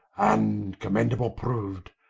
and commendable prou'd,